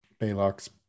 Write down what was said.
Baylock's